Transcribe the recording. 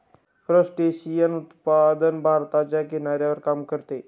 crustacean उत्पादन भारताच्या किनाऱ्यावर काम करते